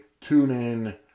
TuneIn